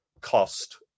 cost